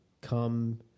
come